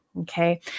Okay